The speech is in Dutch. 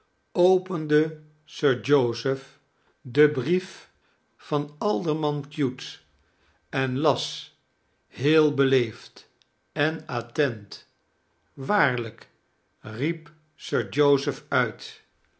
opende sir joseph den brief van alderman cute en las heel beleefd en attent waarlijk riep sir joseph uit